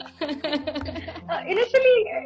initially